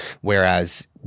whereas